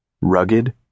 Rugged